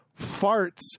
farts